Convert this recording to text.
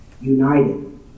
united